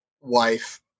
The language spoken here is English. wife